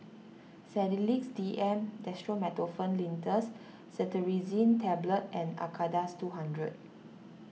Sedilix D M Dextromethorphan Linctus Cetirizine Tablets and Acardust two hundred